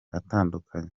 atandukanye